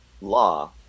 law